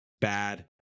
bad